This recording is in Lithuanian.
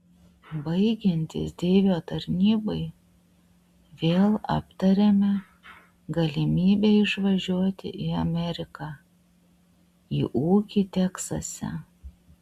baigiantis deivio tarnybai vėl aptarėme galimybę išvažiuoti į ameriką į ūkį teksase